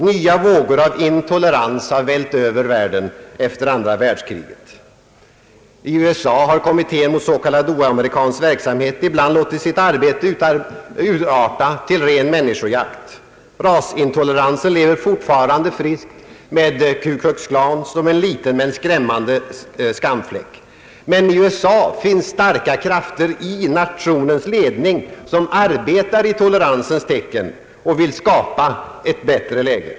Nya vågor av intolerans har vällt över världen efter andra världskriget. I USA har kommittén mot s.k. oamerikansk verksamhet ibland låtit sitt arbete urarta till ren människojakt. Rasintoleransen lever fortfarande friskt med Klu Klux Klan som en liten men skrämmande skamfläck. Men i USA finns starka krafter i nationens ledning som arbetar i toleransens tecken och vill skapa ett bättre läge.